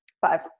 Five